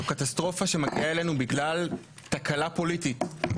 זו קטסטרופה שמגיעה אלינו בגלל תקלה פוליטית,